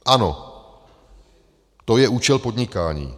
Ano, to je účel podnikání.